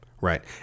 Right